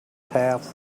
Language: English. half